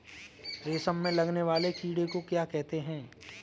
रेशम में लगने वाले कीड़े को क्या कहते हैं?